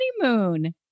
honeymoon